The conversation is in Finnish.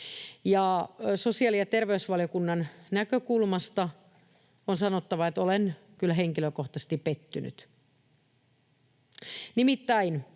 Sosiaali‑ ja terveysvaliokunnan näkökulmasta on sanottava, että olen kyllä henkilökohtaisesti pettynyt.